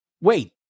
wait